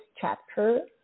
chapter